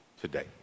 today